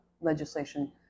legislation